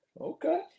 Okay